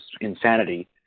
insanity